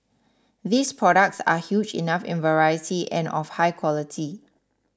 these products are huge enough in variety and of high quality